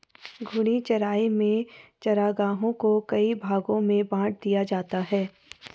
घूर्णी चराई में चरागाहों को कई भागो में बाँट दिया जाता है